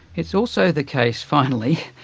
it's also the case, finally,